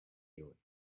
unanimous